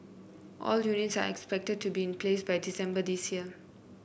all units are expected to be in place by December this year